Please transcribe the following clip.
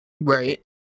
Right